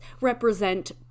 represent